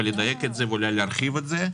לדייק את זה ואולי להרחיב את זה,